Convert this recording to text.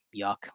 yuck